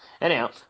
Anyhow